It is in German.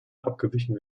abgewichen